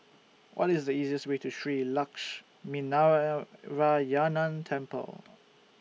What IS The easiest Way to Shree Temple